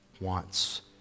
wants